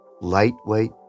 lightweight